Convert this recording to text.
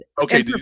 Okay